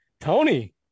Tony